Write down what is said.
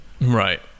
Right